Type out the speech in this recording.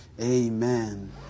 amen